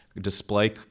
display